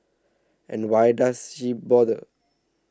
and why does she bother